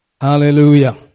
Hallelujah